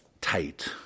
tight